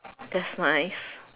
that's nice